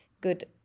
good